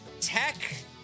Tech